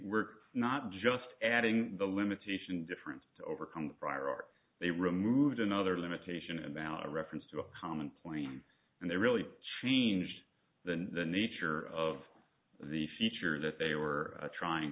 were not just adding the limitation difference to overcome the prior art they removed another limitation about a reference to a common point and they really changed the nature of the feature that they were trying